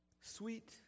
sweet